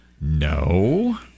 no